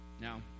Now